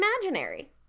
imaginary